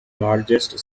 largest